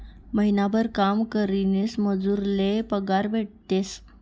महिनाभर काम करीसन मजूर ले पगार भेटेस